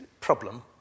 problem